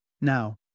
Now